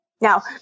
Now